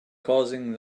causing